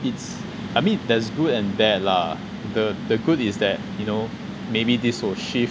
it's I mean there's good and bad lah the the good is that you know maybe this will shift